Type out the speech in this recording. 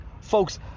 Folks